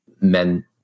men